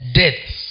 deaths